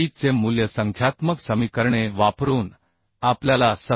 चे मूल्य संख्यात्मक समीकरणे वापरून आपल्याला 87